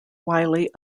wylie